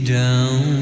down